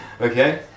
Okay